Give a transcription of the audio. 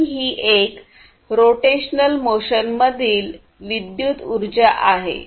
आणि ही एक रोटेशनल मोशनमधील विद्युत ऊर्जा आहे